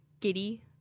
giddy